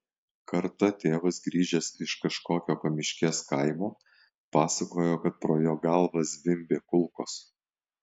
kartą tėvas grįžęs iš kažkokio pamiškės kaimo pasakojo kad pro jo galvą zvimbė kulkos